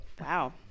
Wow